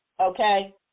okay